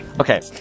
Okay